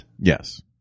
Yes